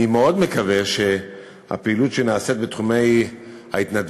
אני מאוד מקווה שהפעילות שנעשית ברשות בית-שמש